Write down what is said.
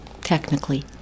technically